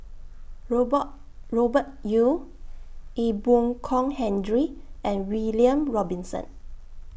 Robert Robert Yeo Ee Boon Kong Henry and William Robinson